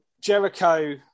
Jericho